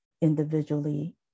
individually